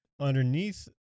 underneath